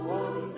one